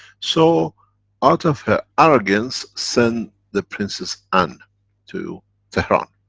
so out of her arrogance send the princess ann to teheran.